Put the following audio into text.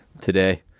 Today